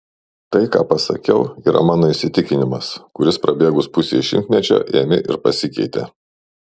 tai ką pasakiau yra mano įsitikinimas kuris prabėgus pusei šimtmečio ėmė ir pasikeitė